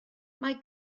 mae